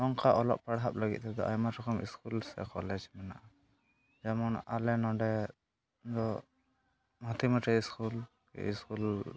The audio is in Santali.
ᱚᱱᱠᱟ ᱚᱞᱚᱜ ᱯᱟᱲᱦᱟᱜ ᱞᱟᱹᱜᱤᱫ ᱛᱮᱫᱚ ᱟᱭᱢᱟ ᱨᱚᱠᱚᱢ ᱤᱥᱠᱩᱞ ᱥᱮ ᱠᱚᱞᱮᱡᱽ ᱢᱮᱱᱟᱜᱼᱟ ᱡᱮᱢᱚᱱ ᱟᱞᱮ ᱱᱚᱰᱮᱫᱚ ᱦᱟᱛᱤᱢᱟᱨᱤ ᱤᱥᱠᱩᱞ ᱤᱥᱠᱩᱞ